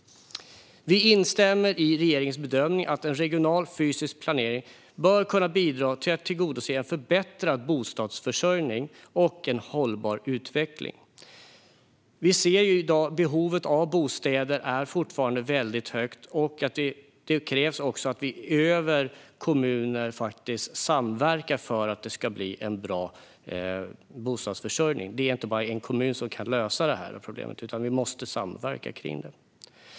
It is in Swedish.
Vi instämmer i regeringens bedömning att regional fysisk planering bör kunna bidra till att tillgodose en förbättrad bostadsförsörjning och en hållbar utveckling. Vi ser att behovet av bostäder fortfarande är väldigt stort och att det krävs samverkan mellan kommuner för att det ska bli en bra bostadsförsörjning. En enda kommun kan inte lösa detta problem, utan vi måste samverka.